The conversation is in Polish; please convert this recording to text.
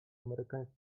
amerykański